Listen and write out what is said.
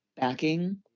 backing